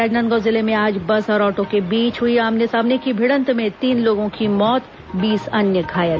राजनादगांव जिले में आज बस और ऑटो के बीच हुई आमने सामने की भिडंत में तीन लोगों की मौत बीस अन्य घायल